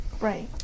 Right